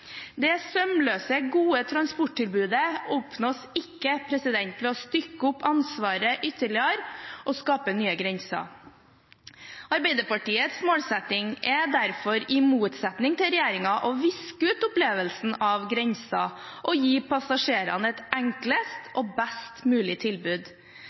Det sømløse, gode transporttilbudet oppnås ikke ved å stykke opp ansvaret ytterligere og skape nye grenser. Arbeiderpartiets målsetting er derfor, i motsetning til regjeringen, å viske ut opplevelsen av grenser og gi passasjerene et enklest og best mulig tilbud.